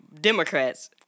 Democrats